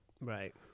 Right